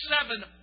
seven